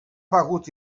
begut